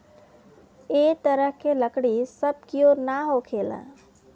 ए तरह के लकड़ी सब कियोर ना होखेला